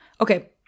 Okay